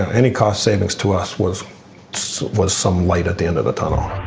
any cost savings to us was so was some light at the and the tunnel.